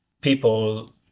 people